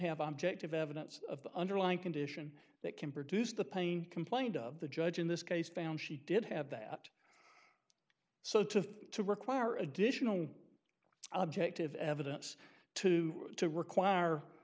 have objective evidence of the underlying condition that can produce the pain complained of the judge in this case found she did have that so to to require additional objective evidence to to require